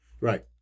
right